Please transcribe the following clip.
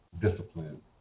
discipline